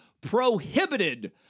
prohibited